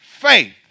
faith